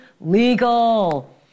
legal